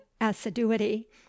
assiduity